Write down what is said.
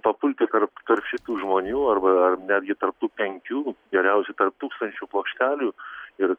papulti tarp šitų žmonių arba netgi tarp tų penkių geriausių tarp tūkstančių plokštelių ir